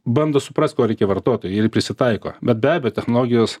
bando suprast ko reikia vartotojui jie ir prisitaiko bet be abejo technologijos